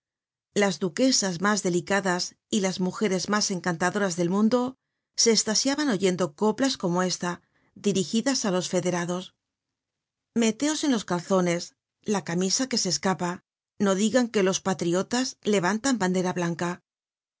las duquesas mas delicadas y las mujeres mas encantadoras del mundo se estasiaban oyendo coplas como esta dirigidas á los federados meteos en los calzones la camisa que se escapa no digan que los patriotas levantan bandera blanca